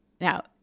Now